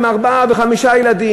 עם ארבעה או חמישה ילדים,